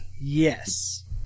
Yes